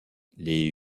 les